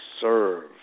serve